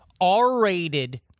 R-rated